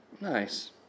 nice